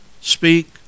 speak